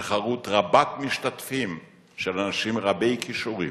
בתחרות רבת משתתפים של אנשים רבי-כישורים.